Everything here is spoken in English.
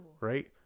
Right